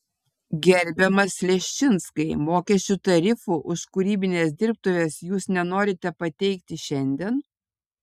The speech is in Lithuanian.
gerbiamas leščinskai mokesčių tarifų už kūrybines dirbtuves jūs nenorite pateikti šiandien